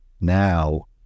Now